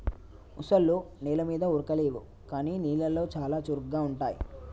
ముసల్లో నెల మీద ఉరకలేవు కానీ నీళ్లలో చాలా చురుగ్గా ఉంటాయి